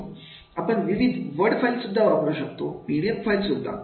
आपण विविध word files सुद्धा वापरू शकतो पीडीएफ फाईल सुद्धा